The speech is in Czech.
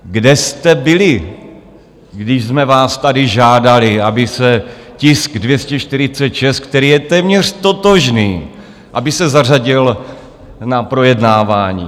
Kde jste byli, když jsme vás tady žádali, aby se tisk 246, který je téměř totožný, aby se zařadil na projednávání?